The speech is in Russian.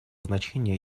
значения